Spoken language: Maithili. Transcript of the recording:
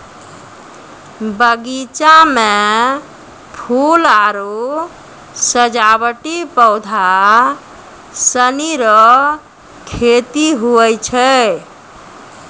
बगीचा मे फूल आरु सजावटी पौधा सनी रो खेती हुवै छै